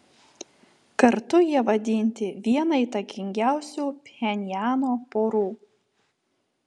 kartu jie vadinti viena įtakingiausių pchenjano porų